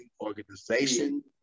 organization